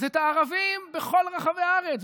אז את הערבים בכל רחבי הארץ,